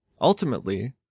Ultimately